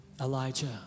Elijah